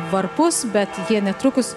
varpus bet jie netrukus